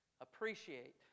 appreciate